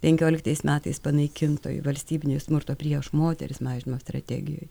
penkioliktais metais panaikintoj valstybinėj smurto prieš moteris mažinimo strategijoj